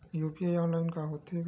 UPI online होथे का?